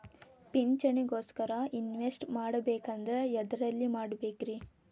ಪಿಂಚಣಿ ಗೋಸ್ಕರ ಇನ್ವೆಸ್ಟ್ ಮಾಡಬೇಕಂದ್ರ ಎದರಲ್ಲಿ ಮಾಡ್ಬೇಕ್ರಿ?